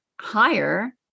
higher